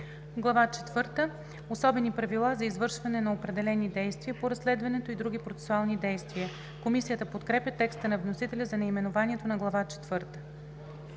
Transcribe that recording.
четвърта – Особени правила за извършване на определени действия по разследването и други процесуални действия“. Комисията подкрепя текста на вносителя за наименованието на Глава